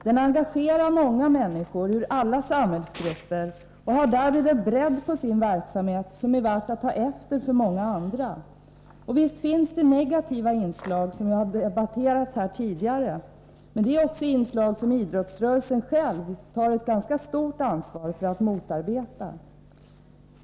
Den engagerar många människor ur alla samhällsgrupper och har därmed en bredd på sin verksamhet som är värd att ta efter av många andra. Visst finns det negativa inslag, som vi har debatterat här tidigare. Men idrottsrörelsen tar själv på sig ett ganska stort ansvar för att motarbeta dessa inslag.